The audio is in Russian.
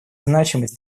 значимость